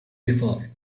before